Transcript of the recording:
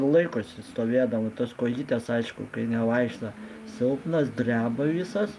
laikosi stovėdama tos kojytės aišku kai nevaikšto silpnos dreba visos